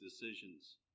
decisions